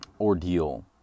ordeal